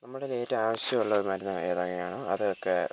നമ്മുടെ കയ്യിൽ ഏറ്റോം ആവശ്യമുള്ള മരുന്ന് ഏതൊക്കെയാണോ അതൊക്കെ